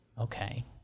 Okay